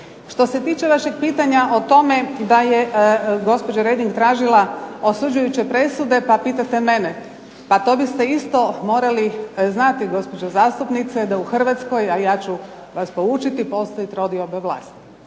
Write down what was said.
Što se tiče vašeg pitanja o tome da je gospođa Reding tražila osuđujuće presude pa pitate mene. Pa to biste isto morali znati gospođo zastupnice da u Hrvatskoj, a ja ću vas poučiti, postoji trodioba vlasti.